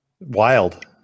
Wild